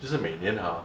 就是每年 hor